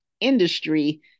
industry